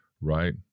right